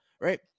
Right